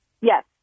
Yes